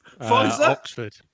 Oxford